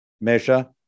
measure